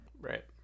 Right